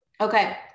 okay